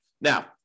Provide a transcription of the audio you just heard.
Now